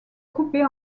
coupée